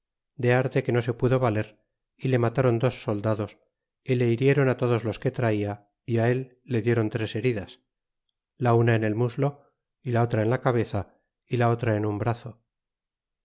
de arte que no se pudo valer y le matron dos soldados y le hirieron todos los que traia y él le dieron tres heridas la una en el muslo y la otra en la cabeza y la otra en un brazo